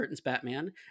Batman